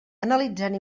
analitzant